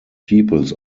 peoples